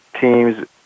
teams